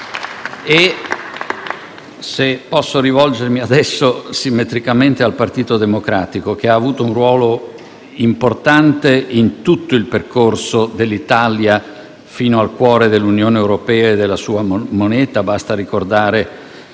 adesso rivolgermi simmetricamente ai senatori del Partito Democratico, partito che ha avuto un ruolo importante in tutto il percorso dell'Italia fino al cuore dell'Unione europea e della sua moneta. Basta ricordare